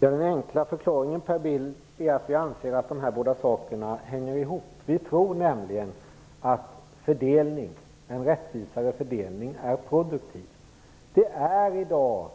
Herr talman! Den enkla förklaringen är att vi anser att de här båda sakerna hänger ihop, Per Bill. Vi tror nämligen att en rättvisare fördelning är produktiv. Det är i dag